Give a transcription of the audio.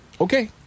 Okay